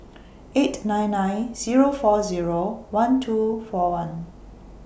eight nine nine Zero four Zero one two four one